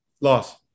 Loss